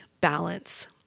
balance